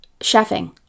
chefing